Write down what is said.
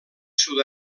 sud